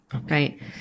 right